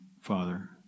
Father